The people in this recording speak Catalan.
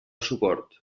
suport